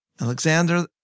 Alexander